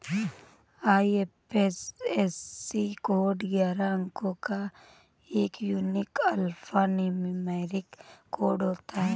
IFSC code ग्यारह अंको का एक यूनिक अल्फान्यूमैरिक कोड होता है